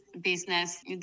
business